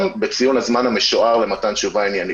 בציון הזמן המשוער למתן תשובה עניינית.